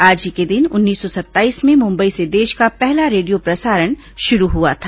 आज ही के दिन उन्नीस सौ सत्ताईस में मुंबई से देश का पहला रेडियो प्रसारण शुरू हुआ था